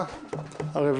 הצבעה הרוויזיה לא אושרה.